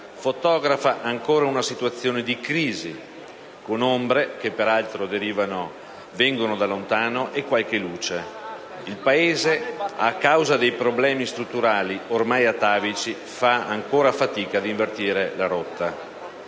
fotografa ancora una situazione di crisi, con ombre, che peraltro vengono da lontano, e qualche luce. Il Paese, a causa dei problemi strutturali ormai atavici, fa ancora fatica ad invertire la rotta.